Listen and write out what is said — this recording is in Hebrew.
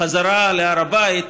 חזרה להר הבית,